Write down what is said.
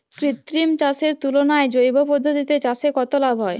কৃত্রিম চাষের তুলনায় জৈব পদ্ধতিতে চাষে কত লাভ হয়?